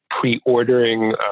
pre-ordering